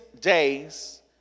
days